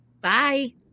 Bye